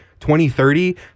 2030